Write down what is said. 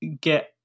get